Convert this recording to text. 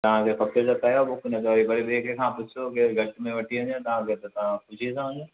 तव्हांखे खपे त कयो बुक न त ॿिए कंहिंखां पुछो ॿियो घटि में वठी वञे तव्हां खे त तव्हां ख़ुशीअ सां वञो